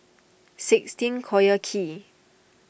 sixteen Collyer Quay